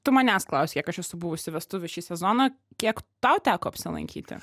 tu manęs klausei kiek aš esu buvusi vestuvių šį sezoną kiek tau teko apsilankyti